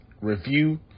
review